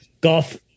golf